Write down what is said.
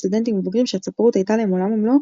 סטודנטים ובוגרים שהצפרות הייתה להם עולם ומלואו,